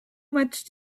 much